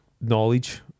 knowledge